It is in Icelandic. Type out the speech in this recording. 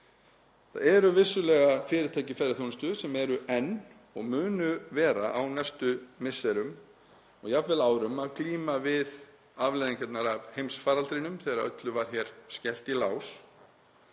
Það eru vissulega fyrirtæki í ferðaþjónustu sem eru enn og munu vera á næstu misserum og jafnvel árum að glíma við afleiðingarnar af heimsfaraldrinum þegar öllu var skellt í lás.